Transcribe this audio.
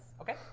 Okay